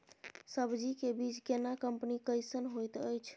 सब्जी के बीज केना कंपनी कैसन होयत अछि?